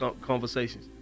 conversations